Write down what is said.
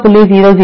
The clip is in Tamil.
00 0